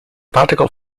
particle